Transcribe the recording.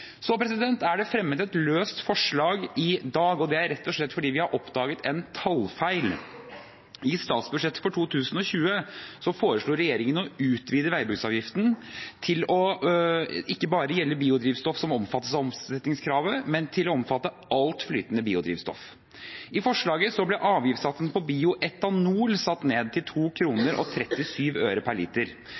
Det er fremmet et løst forslag i dag – rett og slett fordi vi har oppdaget en tallfeil. I statsbudsjettet for 2020 foreslår regjeringen å utvide veibruksavgiften til ikke bare å gjelde biodrivstoff som omfattes av omsetningskravet, men til å omfatte alt flytende biodrivstoff. I forslaget ble avgiftssatsen på bioetanol satt ned til 2,37 kr per liter. Dette reflekterer det lavere energiinnholdet i bioetanol og